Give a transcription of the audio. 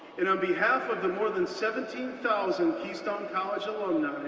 and on behalf of the more than seventeen thousand keystone college alumni,